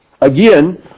again